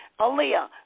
Aaliyah